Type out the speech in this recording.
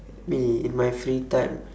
me in my free time